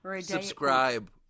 subscribe